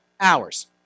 Hours